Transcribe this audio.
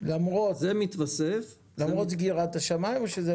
למרות סגירת השמיים.